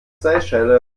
seychellen